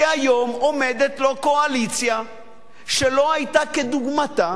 כי היום עומדת לו קואליציה שלא היתה כדוגמתה,